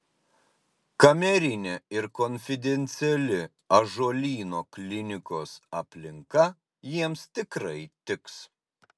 kamerinė ir konfidenciali ąžuolyno klinikos aplinka jiems tikrai tiks